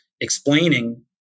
explaining